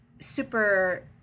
super